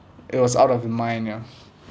it was out of mind ya